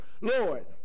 Lord